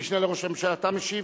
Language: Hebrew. המשנה לראש הממשלה, אתה משיב?